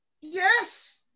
Yes